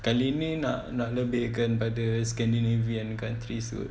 kali nak nak lebihkan pada scandinavian countries tu